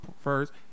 first